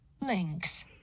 Links